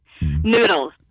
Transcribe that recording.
Noodles